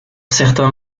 certains